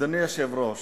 אדוני היושב-ראש,